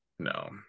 no